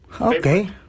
Okay